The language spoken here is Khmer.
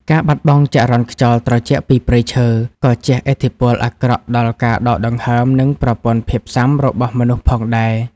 ការបាត់បង់ចរន្តខ្យល់ត្រជាក់ពីព្រៃឈើ ក៏ជះឥទ្ធិពលអាក្រក់ដល់ការដកដង្ហើម និងប្រព័ន្ធភាពស៊ាំរបស់មនុស្សផងដែរ។